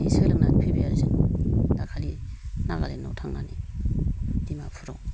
सोलोंनानै फैबाय आरो जोङो दाखालि नागालेण्ड आव थांनानै डिमापुराव